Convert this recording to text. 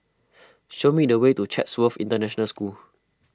show me the way to Chatsworth International School